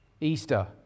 Easter